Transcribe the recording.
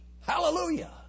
Hallelujah